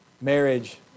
marriage